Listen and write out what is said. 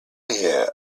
here